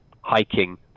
hiking